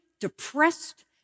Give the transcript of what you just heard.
depressed